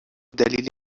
دلیل